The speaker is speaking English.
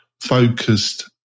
focused